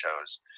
shows